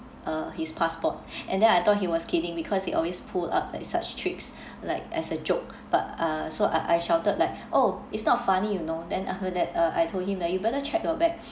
uh his passport and then I thought he was kidding because he always pull up like such tricks like as a joke but uh so I I shouted like oh it's not funny you know then after that uh I told him that you better check your bag